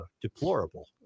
deplorable